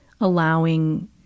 allowing